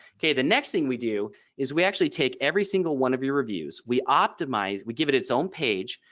ok. the next thing we do is we actually take every single one of your reviews. we optimize. we give it its own page.